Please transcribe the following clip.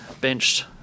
benched